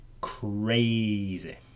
crazy